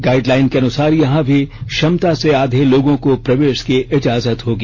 guideline के अनुसार यहां भी क्षमता से आधे लोगों को प्रवेश की इजाजत होगी